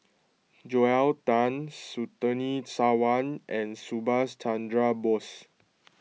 Joel Tan Surtini Sarwan and Subhas Chandra Bose